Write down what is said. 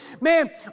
Man